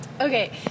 Okay